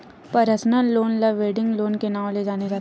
personal loan ल wedding loan के नांव ले जाने जाथे